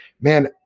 man